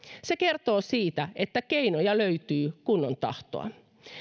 se kertoo siitä että keinoja löytyy kun on tahtoa